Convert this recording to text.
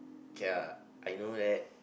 okay lah I know that